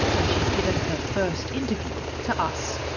and she's given her first interview to us.